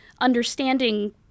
understanding